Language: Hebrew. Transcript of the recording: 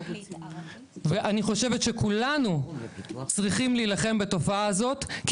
אני חושבת שכולנו צריכים להילחם בתופעה הזאת כי